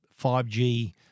5G